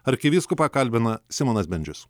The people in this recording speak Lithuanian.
arkivyskupą kalbina simonas bendžius